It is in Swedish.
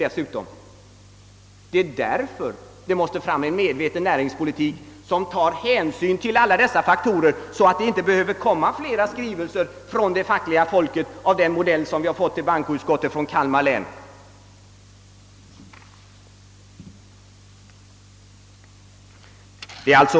Det är därför som vi måste föra en målmedveten näringspolitik som tar hänsyn till alla dessa faktorer, och då behöver det inte komma fler skrivelser från fackligt håll av det slag som bankoutskottet fått från Kalmar län.